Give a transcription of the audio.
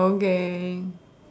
okay